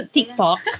TikTok